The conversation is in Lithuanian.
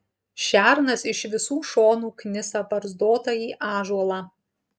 šernas iš visų šonų knisa barzdotąjį ąžuolą